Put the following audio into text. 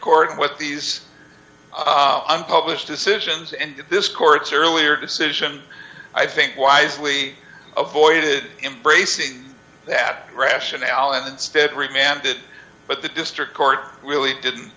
court what these i'm published decisions and this court's earlier decision i think wisely avoided embrace that rationale and instead remanded but the district court really didn't